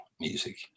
Music